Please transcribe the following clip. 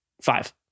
Five